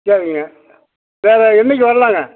சரிங்க வேறு என்றைக்கி வரலாங்க